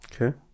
Okay